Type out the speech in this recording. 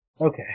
Okay